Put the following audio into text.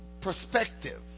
perspective